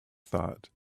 thought